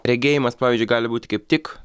regėjimas pavyzdžiui gali būti kaip tik